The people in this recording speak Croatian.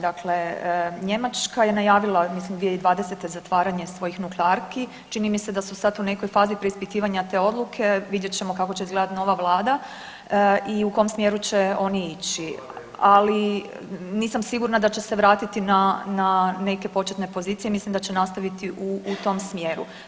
Dakle, Njemačka je najavila mislim 2020. zatvaranje svojih nuklearki, čini mi se da su sad u nekoj fazi preispitivanja te odluke, vidjet ćemo kako će izgledati nova vlada i u kom smjeru će oni ići, ali nisam sigurna da će se vratiti na neke početne pozicije, mislim da će nastaviti u tom smjeru.